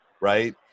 Right